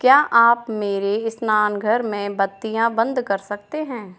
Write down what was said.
क्या आप मेरे स्नान घर में बत्तियाँ बंद कर सकते हैं